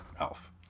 elf